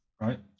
right